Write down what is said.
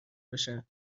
باشه